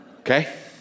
Okay